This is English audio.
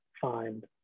find